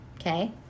okay